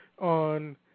on